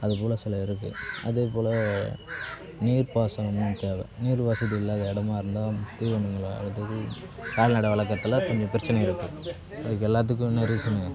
அது போல் சில இருக்கு அதே போல் நீர் பாசனமும் தேவை நீர் வசதி இல்லாத இடமாருந்தா அடுத்தது கால்நடை வளர்க்குறதில் கொஞ்சம் பிரச்சின இருக்குது அதுக்கு எல்லாத்துக்கும் என்ன ரீசனு